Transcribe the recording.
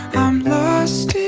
lost